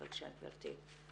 בבקשה, גברתי.